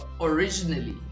Originally